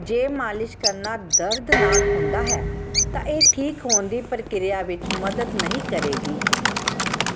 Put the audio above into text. ਜੇ ਮਾਲਿਸ਼ ਕਰਨਾ ਦਰਦਨਾਕ ਹੁੰਦਾ ਹੈ ਤਾਂ ਇਹ ਠੀਕ ਹੋਣ ਦੀ ਪ੍ਰਕਿਰਿਆ ਵਿੱਚ ਮਦਦ ਨਹੀਂ ਕਰੇਗੀ